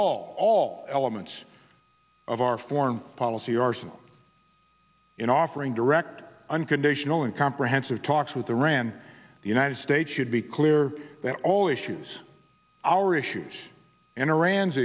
all elements of our foreign policy arsenal in offering direct unconditional and comprehensive talks with the ran the united states should be clear that all issues our issues and iran's